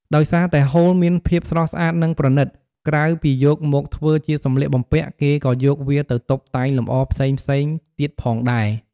ដោយសារតែហូលមានភាពស្រស់ស្អាត និងប្រណីត ក្រៅពីយកមកធ្វើជាសម្លៀកបំពាក់ គេក៏យកវាទៅតុបតែងលម្អផ្សេងៗទៀតផងដែរ។